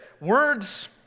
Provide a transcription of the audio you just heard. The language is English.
Words